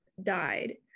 died